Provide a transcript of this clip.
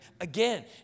again